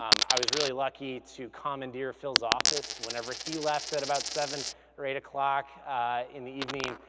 um i was really lucky to commandeer phil's office whenever he left at about seven or eight o'clock in the evening,